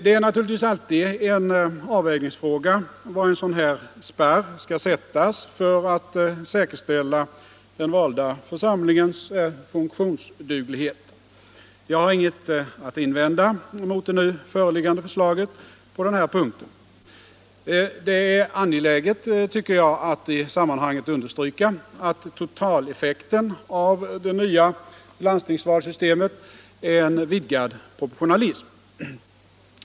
Det är naturligtvis alltid en avvägning var en sådan här spärr skall sättas för att säkerställa den valda församlingens funktionsduglighet. Jag har inget att invända mot det nu föreliggande förslaget. Det är angeläget, tycker jag, att i sammanhanget understryka att totaleffekten av det nya landstingsvalsystemet är en vidgad proportionalism.